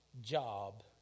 job